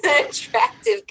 attractive